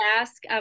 ask